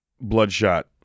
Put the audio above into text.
bloodshot